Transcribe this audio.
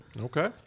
Okay